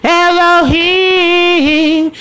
elohim